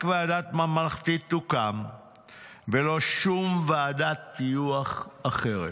רק ועדת חקירה ממלכתית תוקם ולא שום ועדת טיוח אחרת.